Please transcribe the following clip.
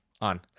on